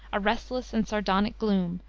a restless and sardonic gloom,